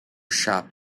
shop